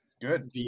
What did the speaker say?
Good